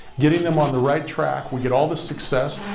getting them on the right track, we get all this success,